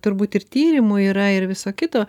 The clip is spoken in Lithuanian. turbūt ir tyrimų yra ir viso kito